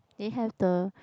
it have the